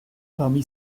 parmi